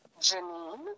Janine